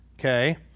Okay